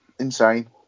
insane